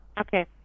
Okay